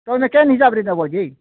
ତମେ କେନ୍ ହିସାବରେ ଦେବ କି